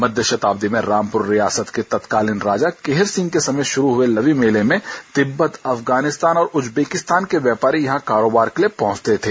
मध्य शताब्दी में रामपूर रियासत के तत्कालीन राजा केहर सिंह के समय से शुरू हुए लवी मेले में तिब्बत अफगानिस्तान और उजबैकिस्तान के व्यापारी यहां कारोबार के लिए पहुंचते थे